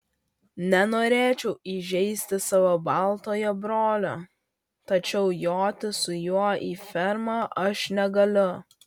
nenorėčiau įžeisti savo baltojo brolio tačiau joti su juo į fermą aš negaliu